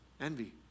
Envy